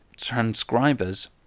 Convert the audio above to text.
transcribers